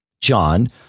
John